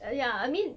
uh ya I mean